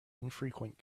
infrequent